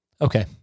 Okay